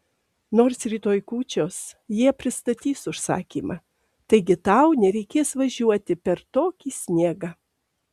nors rytoj kūčios jie pristatys užsakymą taigi tau nereikės važiuoti per tokį sniegą